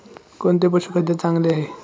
कोणते पशुखाद्य चांगले आहे?